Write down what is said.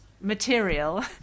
material